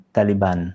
Taliban